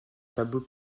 tableau